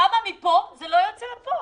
למה זה לא יוצא אל הפועל?